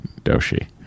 Doshi